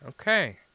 Okay